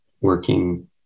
working